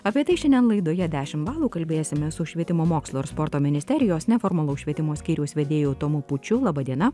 apie tai šiandien laidoje dešimt balų kalbėsime su švietimo mokslo ir sporto ministerijos neformalaus švietimo skyriaus vedėju tomo pučiu laba diena